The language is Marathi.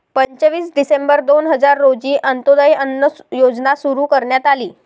पंचवीस डिसेंबर दोन हजार रोजी अंत्योदय अन्न योजना सुरू करण्यात आली